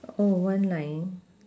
oh one line